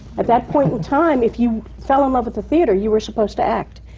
at that point in time, if you fell in love with the theatre, you were supposed to act.